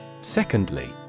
Secondly